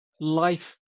Life